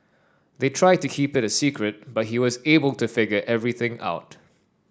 they tried to keep it a secret but he was able to figure everything out